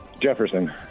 Jefferson